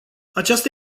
aceasta